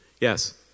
Yes